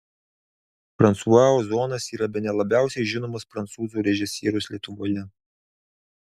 fransua ozonas yra bene labiausiai žinomas prancūzų režisierius lietuvoje